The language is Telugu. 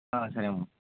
సరే అమ్మ